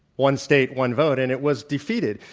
one state, one vote. and it was defeated.